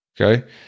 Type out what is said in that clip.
Okay